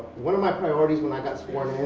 one of my priorities when i got sworn